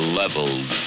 leveled